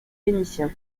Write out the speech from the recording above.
vénitien